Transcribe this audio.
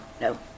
no